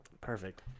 Perfect